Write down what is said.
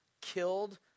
killed